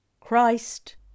Christ